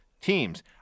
teams